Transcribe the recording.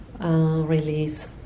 release